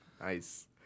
Nice